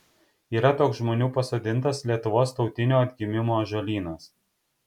yra toks žmonių pasodintas lietuvos tautinio atgimimo ąžuolynas